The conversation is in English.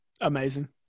Amazing